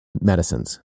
medicines